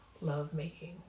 lovemaking